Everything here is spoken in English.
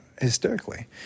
hysterically